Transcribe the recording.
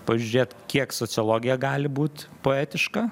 pažiūrėt kiek sociologija gali būt poetiška